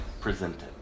presented